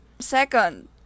Second